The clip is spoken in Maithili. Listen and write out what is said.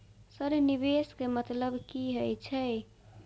सर निवेश के मतलब की हे छे?